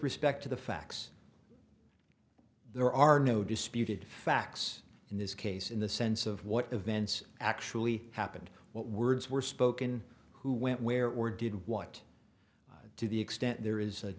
respect to the facts there are no disputed facts in this case in the sense of what events actually happened what words were spoken who went where or did what to the extent there is a